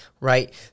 right